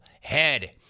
Head